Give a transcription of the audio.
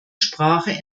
sprache